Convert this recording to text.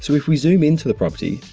so if we zoom into the property,